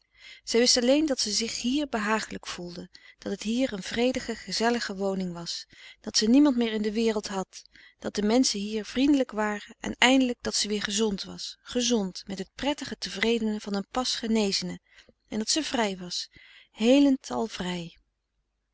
zij wist alleen dat ze zich hier behagelijk voelde dat het hier een vredige gezellige woning was dat ze niemand meer in de wereld had dat de menschen hier vriendelijk waren en eindelijk dat ze weer gezond was gezond met het prettige tevredene van een pas genezene en dat ze vrij was heelend'al vrij